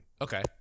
Okay